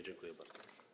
Dziękuję bardzo.